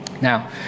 Now